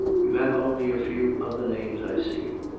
you have only a few of the names, i see.